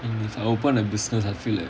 and if I open a business I feel like